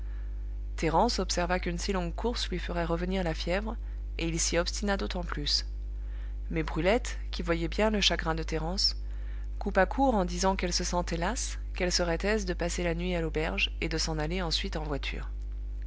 thérence observa qu'une si longue course lui ferait revenir la fièvre et il s'y obstina d'autant plus mais brulette qui voyait bien le chagrin de thérence coupa court en disant qu'elle se sentait lasse qu'elle serait aise de passer la nuit à l'auberge et de s'en aller ensuite en voiture